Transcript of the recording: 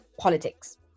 politics